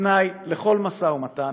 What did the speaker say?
כתנאי לכל משא ומתן,